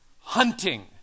hunting